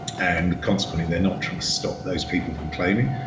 and consequently, they're not trying to stop those people from claiming.